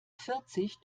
vierzig